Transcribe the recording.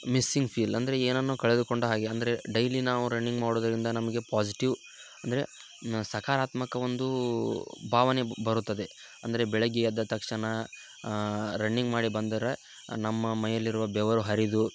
missing feel ಅಂದರೆ ಏನನ್ನೋ ಕಳೆದುಕೊಂಡ ಹಾಗೆ ಅಂದ್ರೆ ಡೈಲಿ ನಾವು ರನ್ನಿಂಗ್ ಮಾಡುವುದರಿಂದ ನಮಗೆ ಪಾಸಿಟಿವ್ ಅಂದರೆ ಮ್ ಸಕಾರಾತ್ಮಕ ಒಂದು ಭಾವನೆ ಬರುತ್ತದೆ ಅಂದರೆ ಬೆಳಗ್ಗೆ ಎದ್ದ ತಕ್ಷಣ ರನ್ನಿಂಗ್ ಮಾಡಿ ಬಂದರೆ ನಮ್ಮ ಮೈಯಲ್ಲಿರುವ ಬೆವರು ಹರಿದು